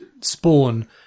spawn